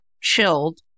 chilled